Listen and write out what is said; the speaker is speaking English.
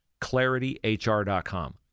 ClarityHR.com